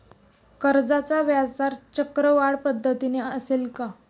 कर्जाचा व्याजदर चक्रवाढ पद्धतीने असेल का?